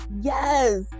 Yes